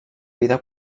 vida